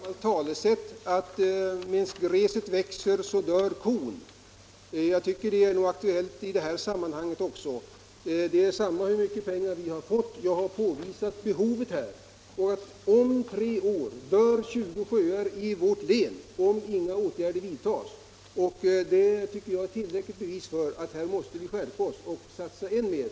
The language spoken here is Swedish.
Herr talman! Ett gammalt talesätt säger ju att medan gräset gror dör kon. Jag tycker att det talesättet är aktuellt i det här sammanhanget. Det gör detsamma hur mycket pengar vi har fått, i Stockholms län, jag har påvisat det behov av sjörestaurering som föreligger. Om tre år dör 20 sjöar i länet om inga åtgärder vidtas. Det tycker jag är ett tillräckligt bevis för att vi måste skärpa oss och satsa än mer.